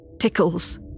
tickles